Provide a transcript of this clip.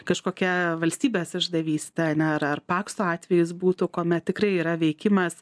kažkokia valstybės išdavyste na ar ar pakso atvejis būtų kuomet tikrai yra veikimas